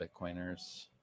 Bitcoiners